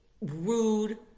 rude